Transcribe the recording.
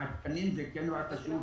התקנים זה כן דבר חשוב,